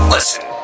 Listen